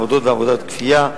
עבדות ועבודת כפייה,